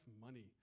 money